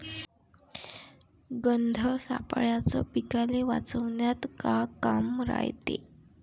गंध सापळ्याचं पीकाले वाचवन्यात का काम रायते?